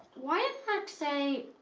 why did mark say.